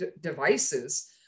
devices